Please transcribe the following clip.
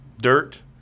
dirt